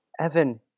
Evan